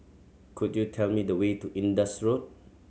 could you tell me the way to Indus Road